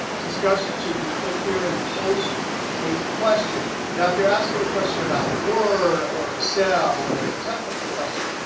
discussions you can click here and post a question. now if you're asking a question about word or excel and it's a technical question,